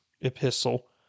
epistle